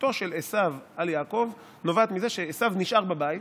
זכותו של עשיו על יעקב נובעת מזה שעשיו נשאר בבית,